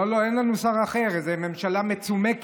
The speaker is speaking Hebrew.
לא, אין לנו שר אחר, זו ממשלה מצומקת.